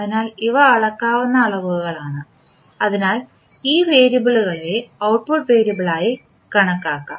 അതിനാൽ ഇവ അളക്കാവുന്ന അളവാണ് അതിനാൽ ഈ വേരിയബിളുകളെ ഔട്ട്പുട്ട് വേരിയബിളായി കണക്കാക്കാം